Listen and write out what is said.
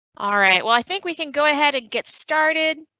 alright, well i think we can go ahead and get started.